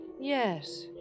Yes